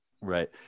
Right